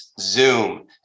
Zoom